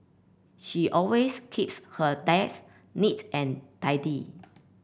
she always keeps her desk neat and tidy